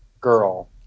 girl